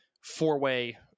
four-way